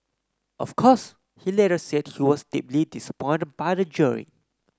of course he later said he was deeply disappointed by the jeering